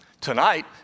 Tonight